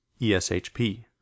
ESHP